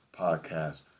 podcast